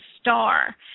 star